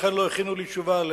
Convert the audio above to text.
לכן לא הכינו לי תשובה עליה.